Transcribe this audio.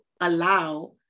allow